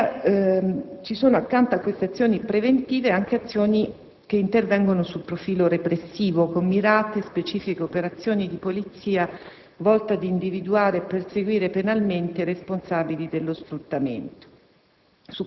Accanto a queste azioni preventive vi sono interventi sotto il profilo repressivo, con mirate, specifiche operazioni di polizia volte ad individuare e perseguire penalmente i responsabili dello sfruttamento.